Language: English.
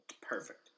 Perfect